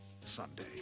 Sunday